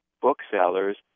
booksellers